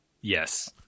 Yes